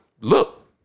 look